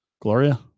Gloria